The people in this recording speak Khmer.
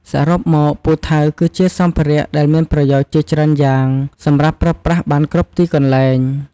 សរុមមកពូថៅគឺជាសម្ភារៈដែលមានប្រយោជន៍ជាច្រើនយ៉ាង សម្រាប់ប្រើប្រាស់បានគ្រប់ទីកន្លែង។